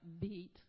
beat